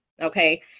okay